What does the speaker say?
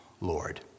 Lord